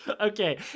Okay